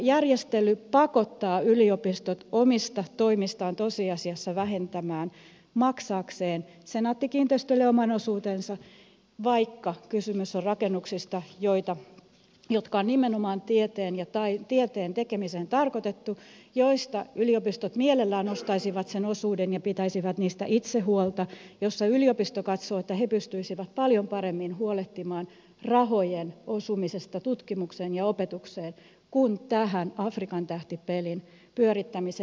järjestely pakottaa yliopistot tosiasiassa vähentämään omista toimistaan maksaakseen senaatti kiinteistöille oman osuutensa vaikka kysymys on rakennuksista jotka on tarkoitettu nimenomaan tieteen tekemiseen ja joista yliopistot mielellään ostaisivat sen osuuden ja pitäisivät niistä itse huolta tilanteessa jossa yliopisto katsoo pystyvänsä paljon paremmin huolehtimaan rahojen osumisesta tutkimukseen ja opetukseen kuin tähän afrikan tähti pelin pyörittämiseen